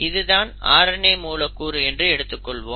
இது தான் RNA மூலக்கூறு என்று எடுத்துக்கொள்வோம்